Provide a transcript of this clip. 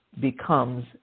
Becomes